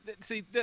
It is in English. see